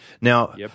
Now